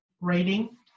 rating